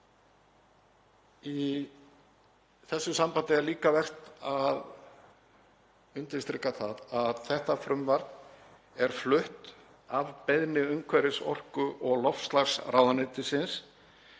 Í þessu sambandi er líka vert að undirstrika það að þetta frumvarp er flutt að beiðni umhverfis-, orku- og loftslagsráðuneytisins